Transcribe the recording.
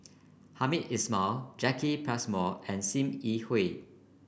Hamed Ismail Jacki Passmore and Sim Yi Hui